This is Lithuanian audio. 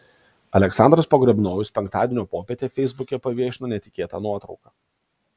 aleksandras pogrebnojus penktadienio popietę feisbuke paviešino netikėtą nuotrauką